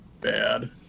bad